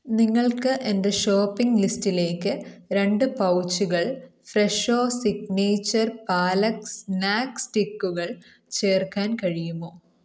നിങ്ങൾക്ക് എന്റെ ഷോപ്പിംഗ് ലിസ്റ്റിലേക്ക് രണ്ട് പൗച്ചുകൾ ഫ്രെഷോ സിഗ്നേച്ചർ പാലക് സ്നാക്ക് സ്റ്റിക്കുകൾ ചേർക്കാൻ കഴിയുമോ